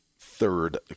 third